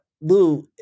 Lou